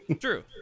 True